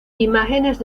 imágenes